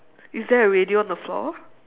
is there a radio on the floor